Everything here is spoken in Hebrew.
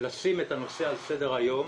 לשים את הנושא על סדר היום.